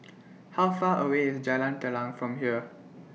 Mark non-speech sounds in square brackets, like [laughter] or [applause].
[noise] How Far away IS Jalan Telang from here